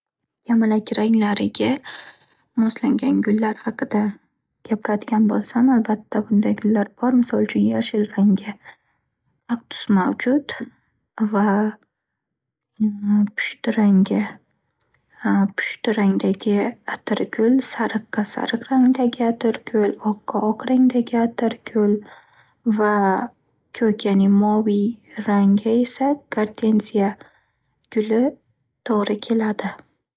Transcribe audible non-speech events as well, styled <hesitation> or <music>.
Kamalak ranglariga moslangan gullar haqida gapiradigan bo'lsam, albatta bunday gullar bor. Misol uchun, yashil ranga- kaktus mavjud va <hesitation> pushti ranga- pushti rangdagi atirgul, sariqqa- sariq rangdagi atirgul, oqqa- oq rangdagi atirgul va ko'k ya'ni moviy ranga esa gartenziya guli to'g'ri keladi.